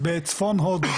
בצפון הודו,